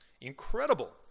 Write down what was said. Incredible